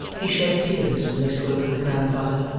he shed tears when they spoke of the grandfather,